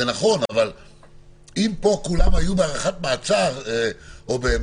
אבל אם פה כולם היו במעצר או בהארכת מעצר, סגורים,